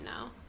now